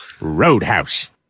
Roadhouse